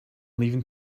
leaving